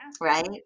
right